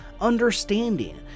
understanding